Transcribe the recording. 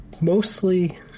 mostly